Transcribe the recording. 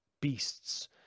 beasts